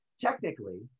technically